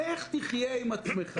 איך תחיה עם עצמך?